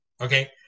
Okay